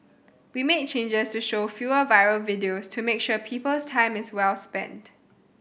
we made changes to show fewer viral videos to make sure people's time is well spent